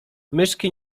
myszki